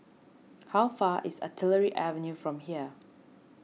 how far is Artillery Avenue from here